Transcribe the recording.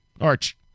Arch